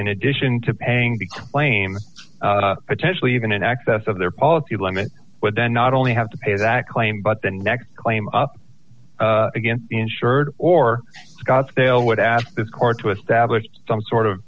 in addition to paying the blame potentially even in excess of their policy limit would then not only have to pay that claim but the next claim up again insured or scottsdale would ask this court to establish some sort of